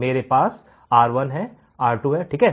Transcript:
मेरे पास R1 R2 है ठीक है